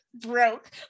broke